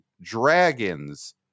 Dragons